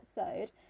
episode